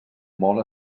molt